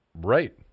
Right